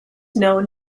known